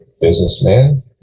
businessman